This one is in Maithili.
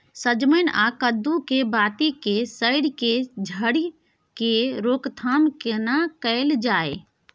सजमैन आ कद्दू के बाती के सईर के झरि के रोकथाम केना कैल जाय?